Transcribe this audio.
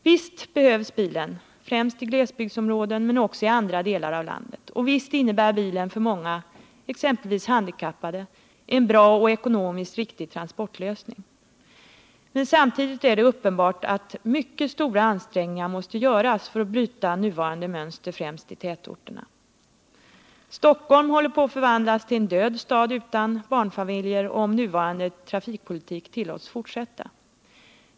Visst behövs bilen, främst i glesbygdsområden men också i andra delar av landet, och visst innebär bilen för många, exempelvis handikappade, en bra och ekonomiskt riktig transportlösning. Men samtidigt är det uppenbart att mycket stora ansträngningar måste göras för att bryta nuvarande mönster främst i tätorterna. Stockholm kommer att förvandlas till en död stad utan barnfamiljer om nuvarande trafikpolitik tillåts fortsätta.